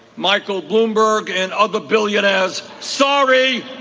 michael bloomberg and other billionaires. sorry